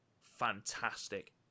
fantastic